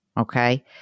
okay